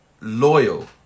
loyal